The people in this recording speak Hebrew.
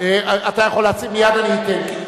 אתה יכול להציג, מייד אני אתן.